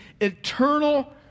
eternal